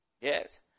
Yes